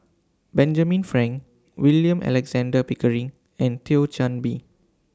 Benjamin Frank William Alexander Pickering and Thio Chan Bee